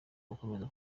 bakomeza